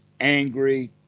angry